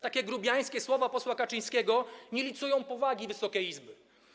Takie grubiańskie słowa posła Kaczyńskiego nie licują z powagą Wysokiej Izby.